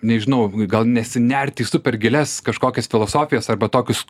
nežinau gal nesinerti į super gilias kažkokias filosofijas arba tokius